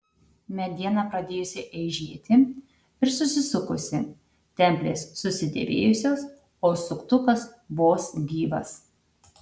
mediena pradėjusi eižėti ir susisukusi templės susidėvėjusios o suktukas vos gyvas